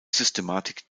systematik